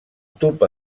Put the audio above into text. tub